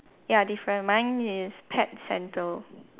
ya different mine is pet centre